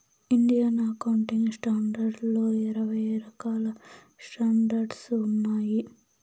Indian accounting standards లో ఇరవై రకాల స్టాండర్డ్స్ ఉన్నాయి